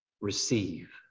receive